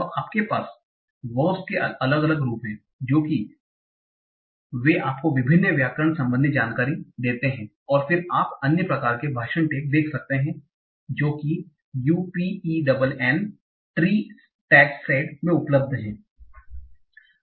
तो आपके पास वर्बस के अलग अलग रूप हैं जो कि वे आपको विभिन्न व्याकरण संबंधी जानकारी देते हैं और फिर आप अन्य प्रकार के भाषण टैग देख सकते हैं जो कि UPenn ट्री टेगसेट में उपलब्ध हैं